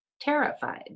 terrified